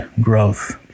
growth